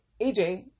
AJ